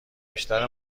بیشتر